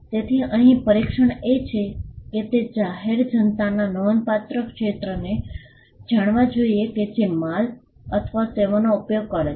તેથી અહીં પરીક્ષણ એ છે કે તે જાહેર જનતાના નોંધપાત્ર ક્ષેત્રને જાણવ જોઈએ જે માલ અથવા સેવાઓનો ઉપયોગ કરે છે